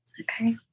Okay